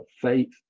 faith